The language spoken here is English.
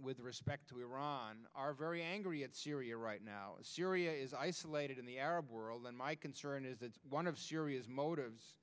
with respect to iran are very angry at syria right now is syria is isolated in the arab world and my concern is that one of syria's motives